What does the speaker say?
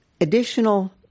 additional